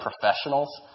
professionals